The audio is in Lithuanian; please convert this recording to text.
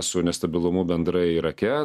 su nestabilumu bendrai irake